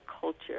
culture